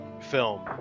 film